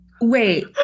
wait